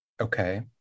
Okay